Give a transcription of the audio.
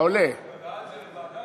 בעד זה לוועדה?